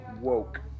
woke